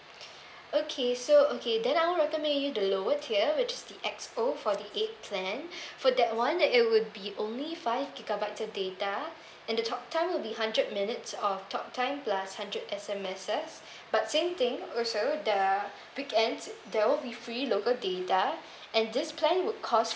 okay so okay then I'll recommend you the lower tier which the X_O forty eight plan for that one it would be only five gigabytes of data and the talk time will be hundred minutes of talk time plus hundred S_M_Ses but same thing also the weekends there will be free local data and this plan would cost